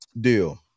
Deal